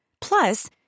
Plus